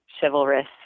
chivalrous